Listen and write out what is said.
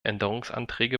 änderungsanträge